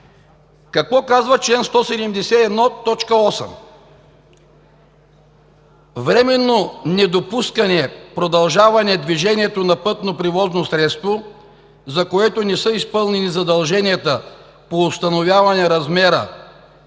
8 се казва: „Временно недопускане, продължаване движението на пътно превозно средство, за което не са изпълнени задълженията по установяване размера